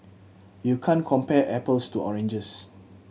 you can't compare apples to oranges